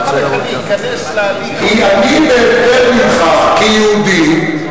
למה לך להיכנס, כי אני, בהבדל ממך, כיהודי,